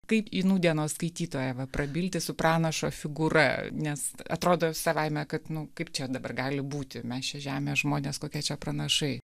kaip į nūdienos skaitytoją va prabilti su pranašo figūra nes atrodo savaime kad nu kaip čia dabar gali būti mes čia žemės žmonės kokie čia pranašai